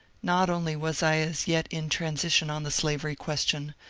not only was i as yet in transition on the slavery question,